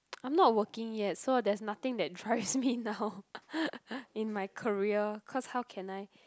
I'm not working yet so there's nothing that drives me now in my career cause how can I